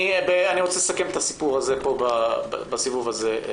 אני רוצה לסכם את הסיפור הזה, פה בסיבוב הזה.